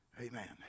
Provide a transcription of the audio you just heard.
Amen